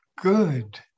good